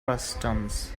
frustums